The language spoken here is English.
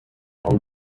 from